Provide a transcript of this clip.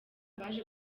baje